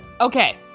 okay